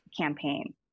campaign